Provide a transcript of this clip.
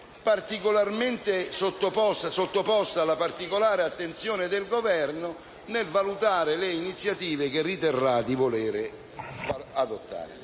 possa essere sottoposta alla particolare attenzione del Governo nel valutare le iniziative che riterrà di voler far adottare.